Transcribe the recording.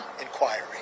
inquiry